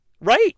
Right